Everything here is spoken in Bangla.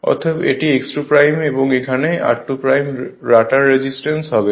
অতএব এটি x 2 এবং এখানে r2 রটার রেজিস্ট্যান্স হবে